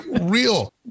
real